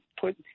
put